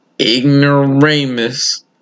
Ignoramus